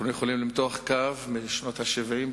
אנחנו יכולים למתוח קו משנות ה-70,